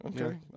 Okay